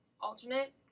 alternate